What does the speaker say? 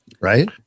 right